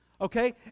okay